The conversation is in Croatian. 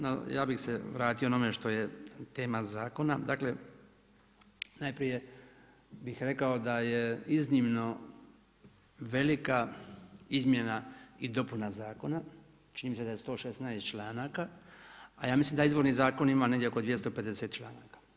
No, ja bih se vratio na ono što je tema zakona, dakle najprije bih rekao da je iznimno velika izmjena i dopuna zakona, čini mi se da je 116 članaka a ja mislim da izvorni zakon ima negdje oko 250 članaka.